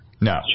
No